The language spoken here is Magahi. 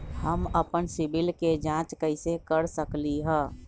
हम अपन सिबिल के जाँच कइसे कर सकली ह?